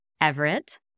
Everett